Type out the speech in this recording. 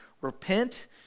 repent